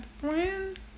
friend